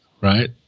Right